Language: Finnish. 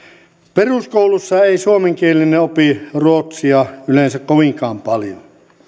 peruskoulussa ei suomenkielinen opi ruotsia yleensä kovinkaan paljon